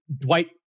Dwight